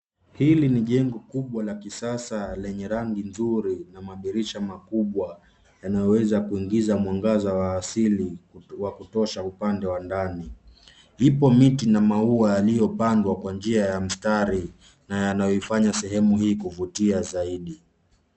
Hili ni jengo kubwa la kisasa lenye rangi nzuri na madirisha makubwa yanayoweza kuingiza mwangaza wa asili wa kutosha upande wa ndani. Ipo miti na maua yaliyopandwa kwa njia mstari na inayofanya sehemu hii kuvutia zaidi.